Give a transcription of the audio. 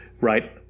right